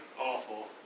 awful